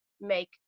make